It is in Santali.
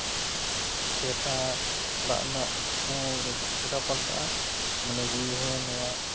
ᱪᱮᱨᱦᱟ ᱚᱲᱟᱜ ᱨᱮᱱᱟᱜ ᱦᱚᱸ ᱢᱤᱫᱴᱤᱡ ᱪᱮᱨᱦᱟ ᱯᱟᱞᱴᱟᱜᱼᱟ ᱢᱚᱱᱮ ᱡᱤᱣᱤ ᱦᱚᱸ ᱱᱚᱣᱟ